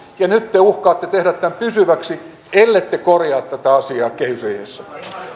ja nyt te uhkaatte tehdä tämän pysyväksi ellette korjaa tätä asiaa kehysriihessä